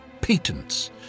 patents